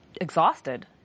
exhausted